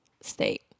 state